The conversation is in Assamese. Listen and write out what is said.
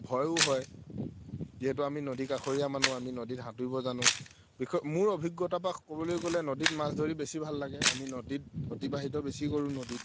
ভয়ো হয় যিহেতু আমি নদী কাষৰীয়া মানুহ আমি নদীত সাঁতুৰিব জানো বিশেষ মোৰ অভিজ্ঞতাৰ পৰা ক'বলৈ গ'লে নদীত মাছ ধৰি বেছি ভাল লাগে আমি নদীত অতিবাহিত বেছি কৰোঁ নদীত